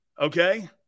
Okay